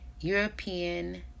european